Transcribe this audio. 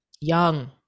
Young